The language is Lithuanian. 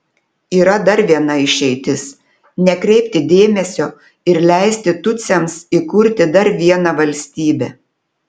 yra dar viena išeitis nekreipti dėmesio ir leisti tutsiams įkurti dar vieną valstybę